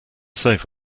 save